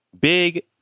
big